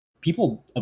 people